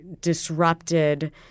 disrupted